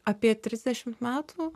apie trisdešimt metų